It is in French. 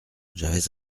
j’avais